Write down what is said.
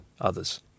others